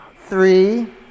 three